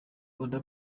oda